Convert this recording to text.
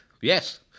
Yes